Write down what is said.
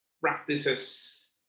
practices